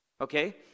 okay